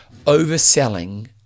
overselling